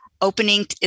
opening